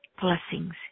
Blessings